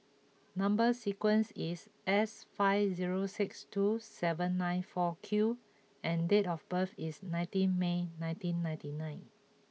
number sequence is S five zero six two seven nine four Q and date of birth is nineteen May nineteen ninety nine